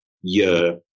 year